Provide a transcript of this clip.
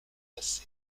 massé